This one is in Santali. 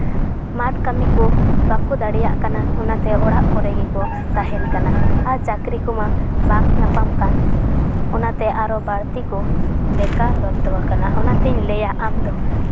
ᱢᱟᱴᱷ ᱠᱟᱹᱢᱤ ᱠᱚ ᱵᱟᱠᱚ ᱫᱟᱲᱮᱭᱟᱜ ᱠᱟᱱᱟ ᱚᱱᱟᱛᱮ ᱚᱲᱟᱜ ᱠᱚᱨᱮ ᱜᱮᱠᱚ ᱛᱟᱦᱮᱱ ᱠᱟᱱᱟ ᱟᱨ ᱪᱟᱹᱠᱨᱤ ᱠᱚᱢᱟ ᱵᱟᱝ ᱧᱟᱯᱟᱢ ᱠᱟᱱ ᱚᱱᱟᱛᱮ ᱟᱨᱚ ᱵᱟᱹᱲᱛᱤ ᱠᱚ ᱵᱮᱠᱟᱨᱚᱛᱛᱚᱣᱟᱠᱟᱱᱟ ᱚᱱᱟᱛᱮᱧ ᱞᱟᱹᱭᱟ ᱟᱢ ᱫᱚ